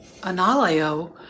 Analeo